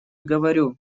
говорю